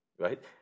right